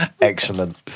Excellent